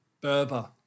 Berber